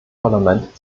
parlament